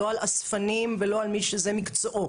לא על אספנים ולא על מי שזה מקצועו.